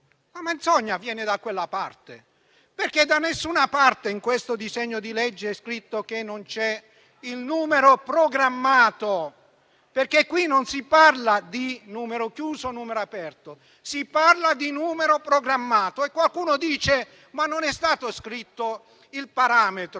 la menzogna viene da quella parte, perché da nessuna parte, in questo disegno di legge, è scritto che non c'è il numero programmato. Qui infatti non si parla di numero chiuso o di numero aperto, ma si parla di numero programmato. Qualcuno dice che non è stato scritto il parametro.